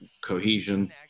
cohesion